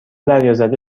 دریازده